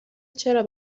چرا